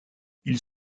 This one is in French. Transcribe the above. ils